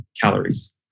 calories